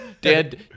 Dad